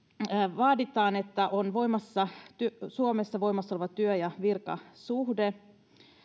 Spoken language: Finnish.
vaaditaan että on suomessa voimassa oleva työ ja virkasuhde